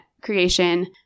creation